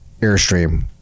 airstream